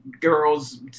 girls